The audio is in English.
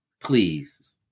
Please